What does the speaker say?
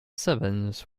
sevens